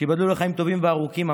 שייבדלו לחיים טובים וארוכים,